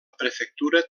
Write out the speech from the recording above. prefectura